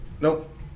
Nope